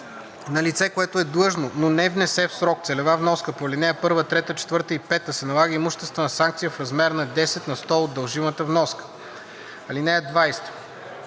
На лице, което е длъжно, но не внесе в срок целева вноска по ал. 1, 3, 4 и 5, се налага имуществена санкция в размер на 10 на сто от дължимата вноска. (20)